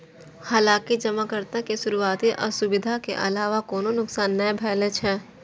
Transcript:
हालांकि जमाकर्ता के शुरुआती असुविधा के अलावा कोनो नुकसान नै भेलै